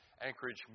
Anchorage